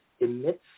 emits